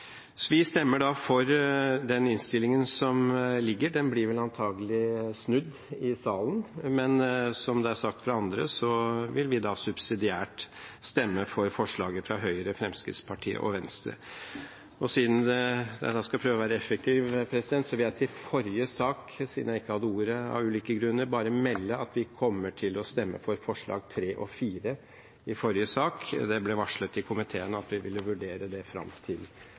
Vi stemmer da for den innstillingen som foreligger. Den blir vel antagelig snudd i salen, men som det er sagt fra andre, vil vi subsidiært stemme for forslaget fra Høyre, Fremskrittspartiet og Venstre. Siden jeg skal prøve å være effektiv, vil jeg bare melde – siden jeg ikke hadde ordet av ulike grunner i forrige sak – at vi kommer til å stemme for forslagene nr. 3 og 4 i forrige sak. Det ble varslet i komiteen at vi ville vurdere det fram til